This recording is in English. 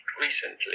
recently